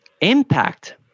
impact